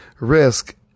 risk